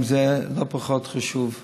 גם זה לא פחות חשוב מהטיפול.